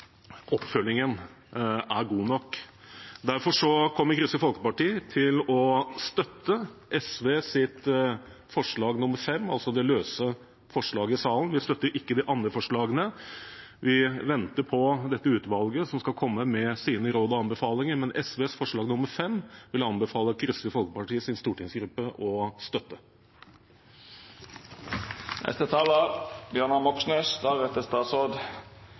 oppfølgingen er god nok ved sånne enkeltkjøp og spesielt når det gjelder akuttplasseringer. Derfor kommer Kristelig Folkeparti til å støtte forslag nr. 5, fra SV, i saken. Vi støtter ikke de andre forslagene. Vi venter på dette utvalget som skal komme med sine råd og anbefalinger. Men forslag nr. 5, fra SV, vil jeg anbefale Kristelig Folkepartis stortingsgruppe å støtte.